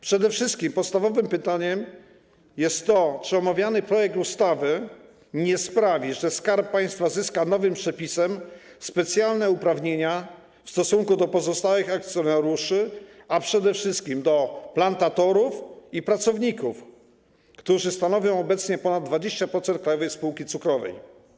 Przede wszystkim podstawowym pytaniem jest to, czy omawiany projekt ustawy dzięki nowemu przepisowi nie sprawi, że Skarb Państwa zyska specjalne uprawnienia w stosunku do pozostałych akcjonariuszy, przede wszystkim plantatorów i pracowników, którzy stanowią obecnie ponad 20% Krajowej Spółki Cukrowej.